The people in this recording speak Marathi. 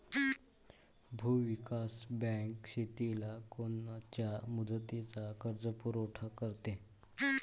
भूविकास बँक शेतीला कोनच्या मुदतीचा कर्जपुरवठा करते?